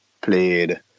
played